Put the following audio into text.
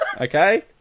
okay